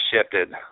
shifted